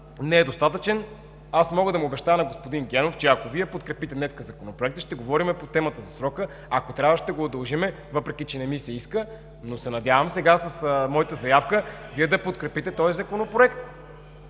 не е достатъчен, мога да обещая на господин Генов, че ако Вие подкрепите днес Законопроекта, ще говорим по темата за срока – ако трябва ще го удължим, въпреки че не ми се иска, но се надявам сега с моята заявка, Вие да подкрепите този Законопроект.